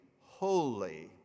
holy